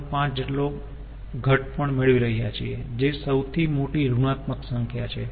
5 જટલો ઘટ પણ મેળવી રહ્યા છીએ જે સૌથી મોટી ઋણાત્મક સંખ્યા છે